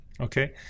okay